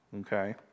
okay